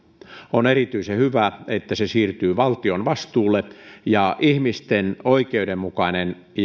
on erityisen hyvä että se siirtyy valtion vastuulle ja ihmisten oikeudenmukainen